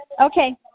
Okay